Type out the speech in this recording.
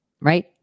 right